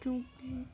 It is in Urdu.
کیونکہ